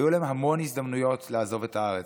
היו להם המון הזדמנויות לעזוב את הארץ.